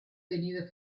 veniva